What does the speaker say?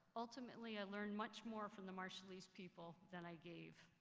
ultimately i learned much more from the marshallese people than i gave.